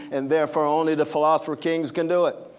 and therefore only the philosopher kings can do it.